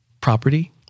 property